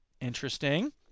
Interesting